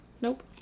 nope